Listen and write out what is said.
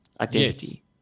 identity